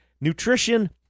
Nutrition